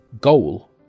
goal